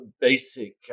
basic